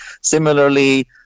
Similarly